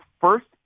first